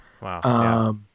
Wow